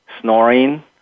snoring